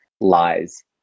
lies